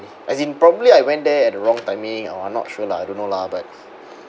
as in probably I went there at the wrong timing or I'm not sure lah I don't know lah but